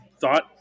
thought